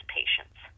patience